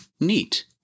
Neat